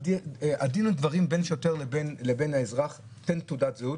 הדין ודברים בין השוטר לבין האזרח הוא תן תעודת זהות.